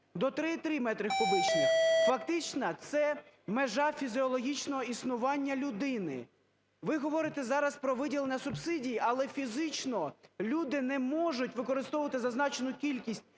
до 3,3 метрів кубічні. Фактично це межа фізіологічного існування людини. Ви говорити зараз про виділення субсидій, але фізично люди не можуть використовувати зазначену кількість